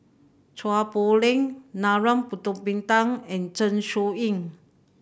Chua Poh Leng Narana Putumaippittan and Zeng Shouyin